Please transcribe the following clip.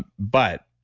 but,